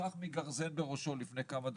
נרצח מגרזן בראשו לפני כמה דקות,